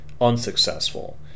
unsuccessful